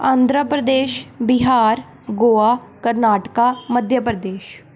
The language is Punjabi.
ਆਂਧਰਾ ਪ੍ਰਦੇਸ਼ ਬਿਹਾਰ ਗੋਆ ਕਰਨਾਟਕਾ ਮੱਧ ਪ੍ਰਦੇਸ਼